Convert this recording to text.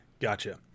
Gotcha